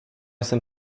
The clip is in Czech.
jsem